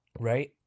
Right